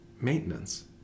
maintenance